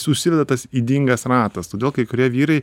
susideda tas ydingas ratas todėl kai kurie vyrai